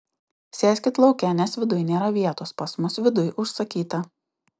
sėskit lauke nes viduj nėra vietos pas mus viduj užsakyta